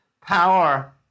power